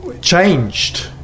changed